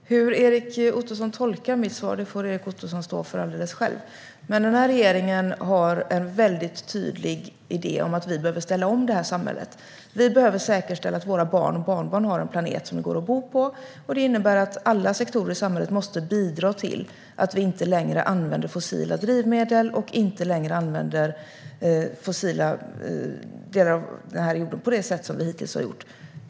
Herr talman! Hur Erik Ottoson tolkar mitt svar får Erik Ottoson stå för alldeles själv. Regeringen har en väldigt tydlig idé om att vi behöver ställa om samhället. Vi behöver säkerställa att våra barn och barnbarn har en planet som går att bo på, och det innebär att alla sektorer i samhället måste bidra till att vi inte längre använder fossila drivmedel på det sätt som vi hittills har gjort.